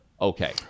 okay